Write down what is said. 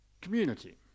community